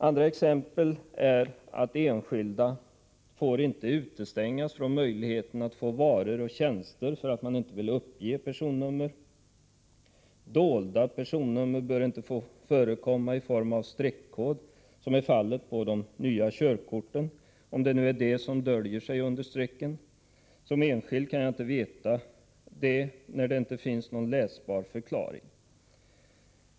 Enskilda, för att ta ett annat exempel, får inte fråntas möjligheten att få varor och tjänster bara därför att man inte vill uppge sitt personnummer. Inte heller bör dolda personnummer i form av en streckkod få förekomma, som är fallet med de nya körkorten — om det nu är dolda personnummer som döljer sig bakom strecken. Som enskild kan jag inte veta hur det förhåller sig, eftersom det inte finns någon läsbar förklaring.